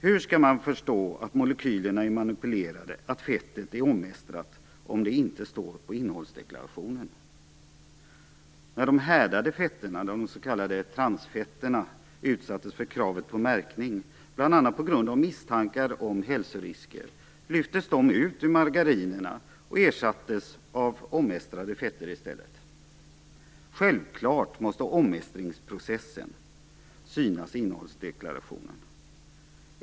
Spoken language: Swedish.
Hur skall man förstå att molekylerna är manipulerade, att fettet är omestrat, om det inte står på innehållsdeklarationen? När de härdade fetterna, de s.k. transfetterna, utsattes för kravet på märkning, bl.a. på grund av misstankar om hälsorisker, lyftes de ut ur margarinerna och ersattes av omestrade fetter. Självklart måste omestringsprocessen synas i innehållsdeklarationen.